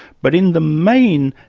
but in the main,